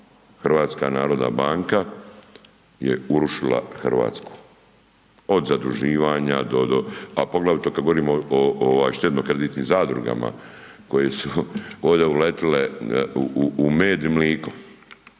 Hrvatska narodna banka je urušila Hrvatsku, od zaduživanja do do, a poglavito kad govorimo o štedno kreditnim zadrugama koje su ovdje uletile u med i mliko,